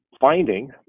finding